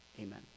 amen